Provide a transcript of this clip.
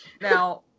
Now